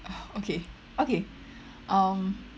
(uh） okay okay um